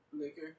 Liquor